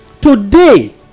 today